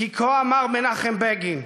כי כה אמר מנחם בגין: